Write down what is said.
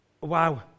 wow